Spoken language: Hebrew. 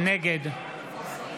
נגד גלעד קריב, בעד